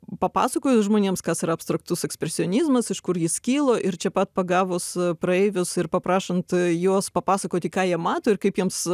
papasakoju žmonėms kas yra abstraktus ekspresionizmas iš kur jis kilo ir čia pat pagavus praeivius ir paprašant juos papasakoti ką jie mato ir kaip jiems